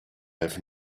have